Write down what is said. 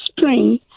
spring